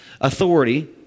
authority